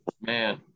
man